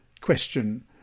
Question